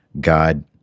God